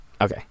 Okay